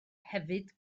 hefyd